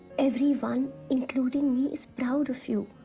everyone, including me, is proud of you.